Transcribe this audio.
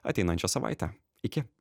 ateinančią savaitę iki